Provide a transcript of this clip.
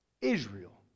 Israel